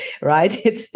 right